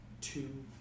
two